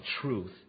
truth